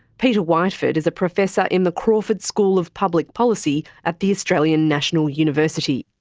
peter whiteford is a professor in the crawford school of public policy at the australian national university.